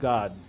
God